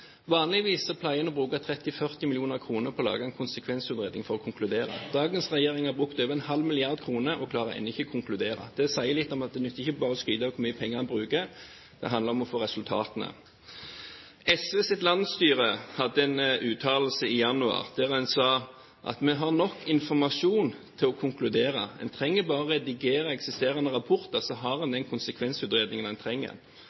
vanligvis pleier en å bruke 30–40 mill. kr på å lage en konsekvensutredning for å konkludere. Dagens regjering har brukt over ½ mrd. kr og klarer ennå ikke å konkludere. Det sier litt om at det nytter ikke bare å skryte av hvor mye penger en bruker, det handler om å få resultatene. SVs landsstyre hadde en uttalelse i januar der de sa at vi har nok informasjon til å konkludere – en trenger bare å redigere eksisterende rapporter, så har en den konsekvensutredningen en trenger.